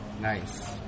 Nice